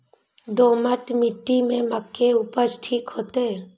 दोमट मिट्टी में मक्के उपज ठीक होते?